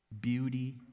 beauty